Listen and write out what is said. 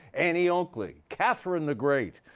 annie oakley, catherine the great,